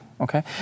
okay